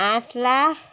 আঠ লাখ